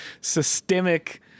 systemic